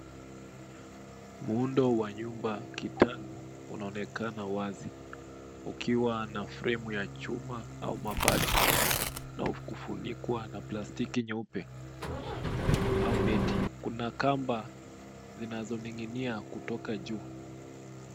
Muundo wa nyumba kitalu unaonekana wazi ukiwa na fremu ya chuma au mabati na kufunikwa na plastiki nyeupe au neti. Kuna kamba zinazoning'inia kutoka juu.